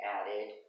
added